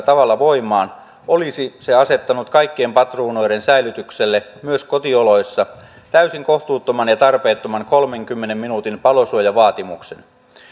tavalla voimaan olisi se asettanut kaikkien patruunoiden säilytykselle myös kotioloissa täysin kohtuuttoman ja tarpeettoman kolmenkymmenen minuutin palosuojavaatimuksen